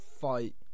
fight